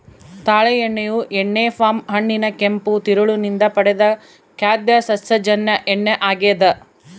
ತಾಳೆ ಎಣ್ಣೆಯು ಎಣ್ಣೆ ಪಾಮ್ ಹಣ್ಣಿನ ಕೆಂಪು ತಿರುಳು ನಿಂದ ಪಡೆದ ಖಾದ್ಯ ಸಸ್ಯಜನ್ಯ ಎಣ್ಣೆ ಆಗ್ಯದ